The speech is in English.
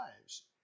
lives